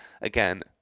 again